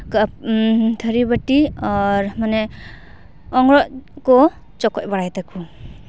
ᱛᱷᱟᱹᱨᱤ ᱵᱟᱹᱴᱤ ᱟᱨ ᱢᱟᱱᱮ ᱟᱸᱜᱽᱨᱚᱵ ᱠᱚ ᱪᱚᱠᱚᱡ ᱵᱟᱲᱟᱭ ᱛᱟᱠᱚᱣᱟ